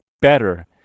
better